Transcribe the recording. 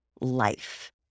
life